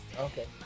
Okay